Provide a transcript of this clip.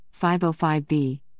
505b